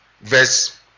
verse